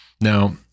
Now